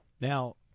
now